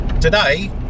today